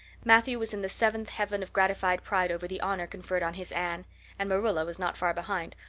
matthew was in the seventh heaven of gratified pride over the honor conferred on his anne and marilla was not far behind,